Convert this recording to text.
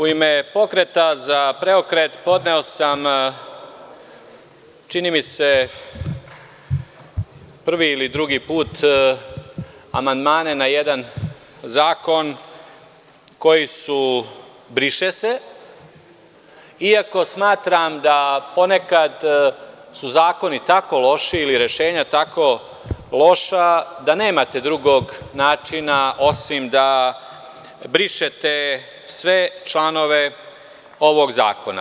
U ime Pokreta za preokret podneo sam, čini mi se, prvi ili drugi put amandmane na jedan zakon koji su „briše se“, iako smatram da su ponekad zakoni tako loši ili rešenja tako loša da nemate drugog načina osim da brišete sve članove ovog zakona.